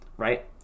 right